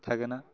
থাকে না